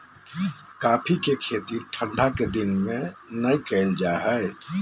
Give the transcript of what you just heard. coffee के खेती ठंढा के दिन में नै कइल जा हइ